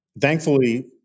thankfully